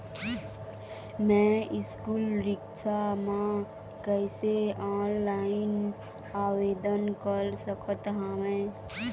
मैं स्कूल सिक्छा बर कैसे ऑनलाइन आवेदन कर सकत हावे?